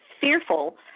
fearful